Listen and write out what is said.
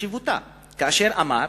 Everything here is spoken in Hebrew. וחשיבותה כאשר אמר: